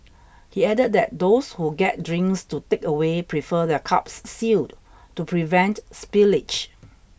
he added that those who get drinks to takeaway prefer their cups sealed to prevent spillage